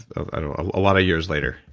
a lot of years later.